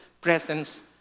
presence